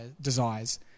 desires